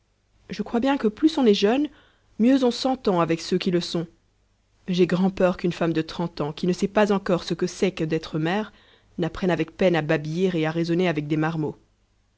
je crois bien que plus on est jeune mieux on s'entend avec ceux qui le sont j'ai grand'peur qu'une femme de trente ans qui ne sait pas encore ce que c'est que d'être mère n'apprenne avec peine à babiller et à raisonner avec des marmots